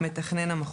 מתכנן המחוז,